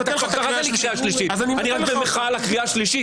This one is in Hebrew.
אתה קראת לי לקריאה שלישית.